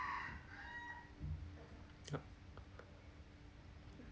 yup